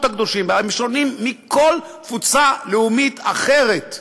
הקדושים שונה משל כל תפוצה לאומית אחרת,